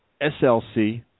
SLC